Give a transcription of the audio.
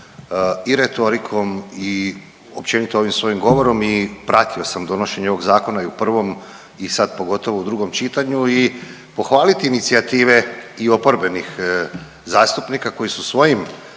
i retorikom i općenito ovim svojim govorom i pratimo sam donošenje ovog zakona i u prvom i sad pogotovo u drugom čitanju i pohvaliti inicijative i oporbenih zastupnika koji su svojim